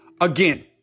again